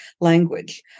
language